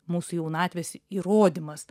mūsų jaunatvės įrodymas